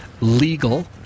legal